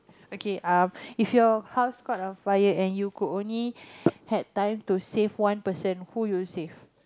okay uh if your house caught on fire and you could only had time to save one person who'll you save